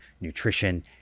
nutrition